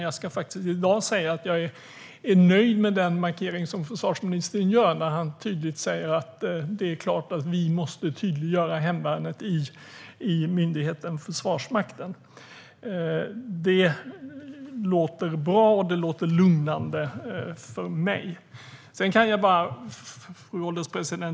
Jag ska i dag säga att jag är nöjd med den markering som försvarsministern gör när han tydligt säger att det är klart att vi måste tydliggöra hemvärnet i myndigheten Försvarsmakten. Det låter bra och lugnande för mig. Fru ålderspresident!